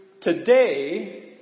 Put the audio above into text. today